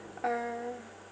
err